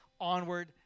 onward